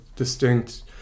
distinct